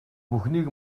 бүхнийг